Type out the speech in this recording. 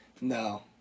No